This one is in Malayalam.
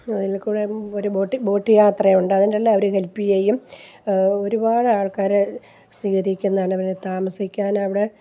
നദിയിൽക്കൂടെ ഒരു ബോട്ട് ബോട്ട് യാത്രയുണ്ട് അതിൻ്റെയെല്ലാം അവർ ഹെൽപ് ചെയ്യും ഒരുപാട് ആൾക്കാർ സ്വീകരിക്കുന്നതാണ് ഇവരെ താമസിക്കാൻ അവിടെ